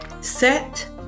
set